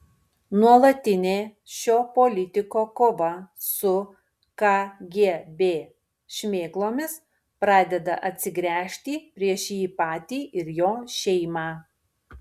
nuolatinė šio politiko kova su kgb šmėklomis pradeda atsigręžti prieš jį patį ir jo šeimą